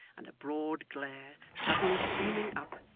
and a broad glare, suddenly streaming up,